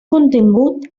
contingut